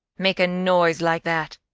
make a noise like that?